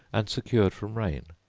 and secured from rain.